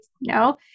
no